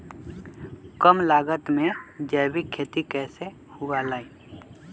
कम लागत में जैविक खेती कैसे हुआ लाई?